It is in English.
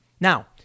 Now